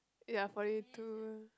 ya forty two